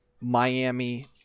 Miami